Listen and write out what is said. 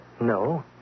No